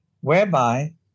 whereby